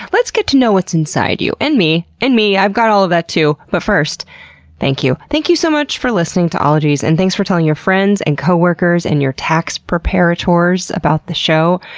let's get to know what's inside you. and me! and me. i've got all of that, too. but first thank you. thank you so much for listening to ologies and thanks for telling your friends, and coworkers, and your tax preparators about the show.